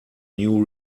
new